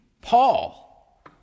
Paul